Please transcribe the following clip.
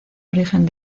origen